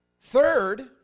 Third